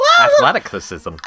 Athleticism